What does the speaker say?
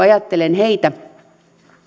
ajattelen heitä